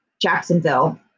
Jacksonville